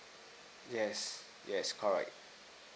yes yes correct